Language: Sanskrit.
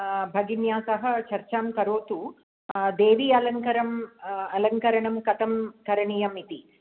भगिन्या सह चर्चां करोतु देवी अलङ्करणम् अलङ्करणं कथं करणीयम् इति